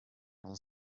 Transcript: non